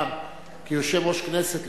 כיושב-ראש הכנסת,